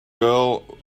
girl